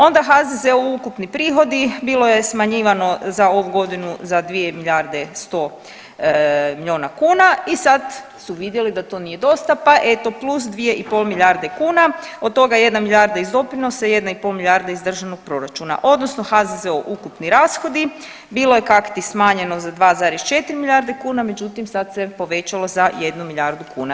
Onda HZZO ukupni prihodi, bilo je smanjivano za ovu godinu za 2 milijarde 100 miliona kuna i sad su vidjeli da to nije dosta pa eto plus 2,5 milijarde kuna, od toga jedna milijarda iz doprinosa 1,5 milijarda iz državnog proračuna odnosno HZZO ukupni rashodi bilo je kakti smanjeno za 2,4 miliona kuna međutim sad se povećalo za 1 milijardu kuna.